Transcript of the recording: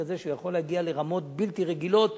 כזה שהוא יכול להגיע לרמות בלתי רגילות